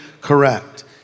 correct